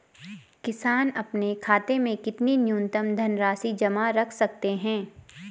किसान अपने खाते में कितनी न्यूनतम धनराशि जमा रख सकते हैं?